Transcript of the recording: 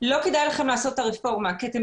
לא כדאי להם לעשות את הרפורמה כי אתם